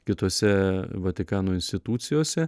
kitose vatikano institucijose